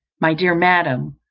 my dear madam,